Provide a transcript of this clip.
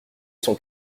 son